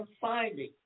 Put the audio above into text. finding